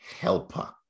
helper